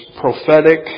prophetic